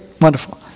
wonderful